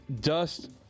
Dust